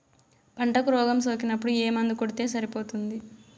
పంటకు రోగం సోకినపుడు ఏ మందు కొడితే సరిపోతుంది?